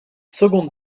second